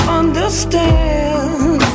understand